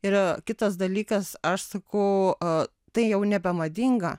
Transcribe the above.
yra kitas dalykas aš sakau a tai jau nebemadinga